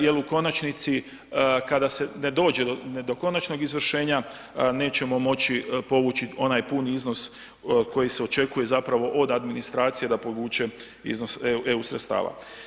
Jer u konačnici kada se ne dođe do konačnog izvršenja nećemo moći povući onaj puni iznos koji se očekuje zapravo od administracije da povuče iznos EU sredstava.